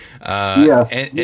Yes